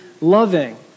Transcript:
loving